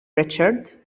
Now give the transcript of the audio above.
richard